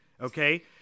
okay